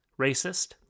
racist